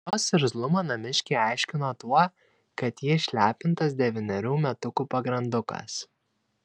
jos irzlumą namiškiai aiškino tuo kad ji išlepintas devynerių metukų pagrandukas